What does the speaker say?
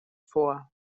vor